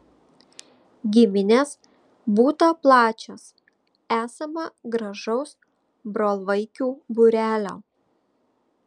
giminės būta plačios esama gražaus brolvaikių būrelio